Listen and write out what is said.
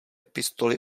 pistoli